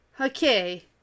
Okay